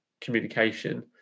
communication